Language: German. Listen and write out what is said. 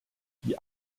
die